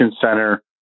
center